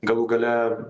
galų gale